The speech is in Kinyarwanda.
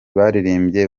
baririmbye